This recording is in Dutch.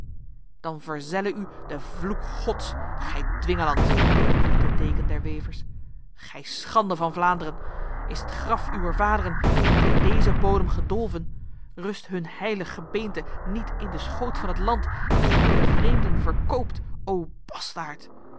dan verzelle u de vloek gods gij dwingeland riep de deken der wevers gij schande van vlaanderen is het graf uwer vaderen niet in deze bodem gedolven rust hun heilig gebeente niet in de schoot van het land dat gij de vreemden verkoopt o